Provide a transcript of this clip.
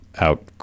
out